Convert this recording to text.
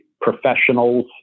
professionals